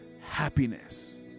happiness